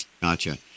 Gotcha